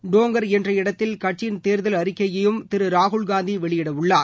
டோங்கர் என்ற இடத்தில் கட்சியின் தேர்தல் அறிக்கையையும் திரு ராகுல்காந்தி வெளியிடவுள்ளார்